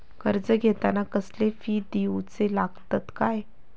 कर्ज घेताना कसले फी दिऊचे लागतत काय?